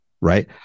right